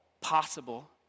possible